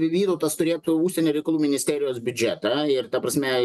vytautas turėtų užsienio reikalų ministerijos biudžetą ir ta prasme